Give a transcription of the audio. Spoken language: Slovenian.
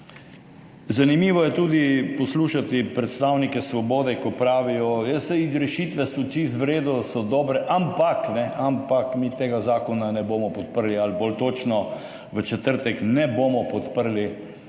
Zanimivo je poslušati tudi predstavnike Svobode, ko pravijo, ja, saj rešitve so čisto v redu, so dobre, ampak mi tega zakona ne bomo podprli, ali bolj točno, v četrtek ne bomo podprli